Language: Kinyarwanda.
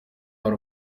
hari